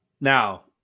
Now